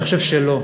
אני חושב שלא,